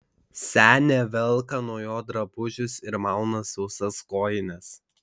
senė velka nuo jo drabužius ir mauna sausas kojines